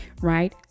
right